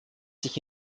sich